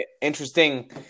interesting